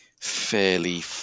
fairly